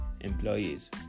employees